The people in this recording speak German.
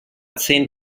zehn